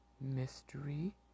mystery